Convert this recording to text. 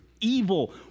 evil